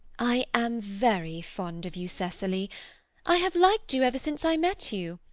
i am very fond of you, cecily i have liked you ever since i met you!